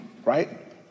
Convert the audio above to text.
right